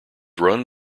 run